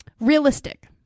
realistic